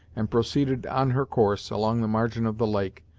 and proceeded on her course along the margin of the lake,